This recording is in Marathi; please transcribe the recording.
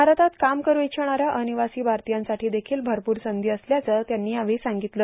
भारतात काम करू इच्छिणाऱ्या अनिवासी भारतीयांसाठी देखिल भरपूर संधी असल्याचं त्यांनी यावेळी सांगितलं